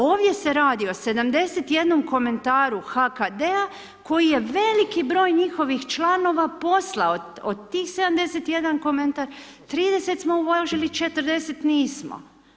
Ovdje se radi o 71 komentaru HKD-a koji je veliki broj njihovih članova poslao, od tih 71 komentar 30 smo uvažili 40 nismo.